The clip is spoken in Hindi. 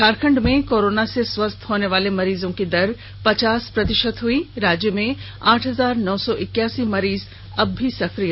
झारखंड में कोरोना संकमित स्वस्थ होनेवाले मरीजों की दर पचास प्रतिशत हुई राज्य में आठ हजार नौ सौ इक्यासी मरीज अब भी सक्रिय